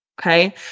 Okay